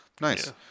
Nice